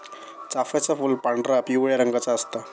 चाफ्याचा फूल पांढरा, पिवळ्या रंगाचा असता